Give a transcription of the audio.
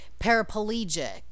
Paraplegic